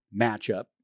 matchup